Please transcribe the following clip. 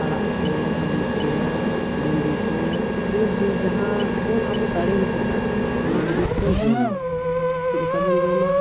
ᱟᱲᱟᱜ ᱠᱚ ᱟᱹᱞᱩ ᱠᱚ ᱵᱷᱮᱱᱰᱤ ᱠᱚ ᱵᱮᱥᱼᱵᱮᱥ ᱡᱟᱦᱟᱸ ᱵᱚᱱ ᱟᱵᱚ ᱫᱟᱲᱮ ᱦᱤᱡᱩᱜᱼᱟ ᱚᱱᱟ ᱡᱤᱱᱤᱥ ᱵᱚᱱ ᱡᱚᱢᱟ ᱪᱮᱫ ᱞᱮᱠᱟ ᱵᱚᱱ ᱡᱚᱢᱟ